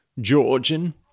Georgian